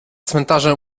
cmentarze